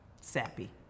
Sappy